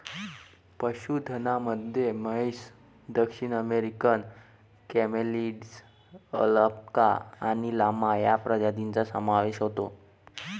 पशुधनामध्ये म्हैस, दक्षिण अमेरिकन कॅमेलिड्स, अल्पाका आणि लामा या प्रजातींचा समावेश होतो